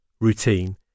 Routine